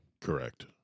Correct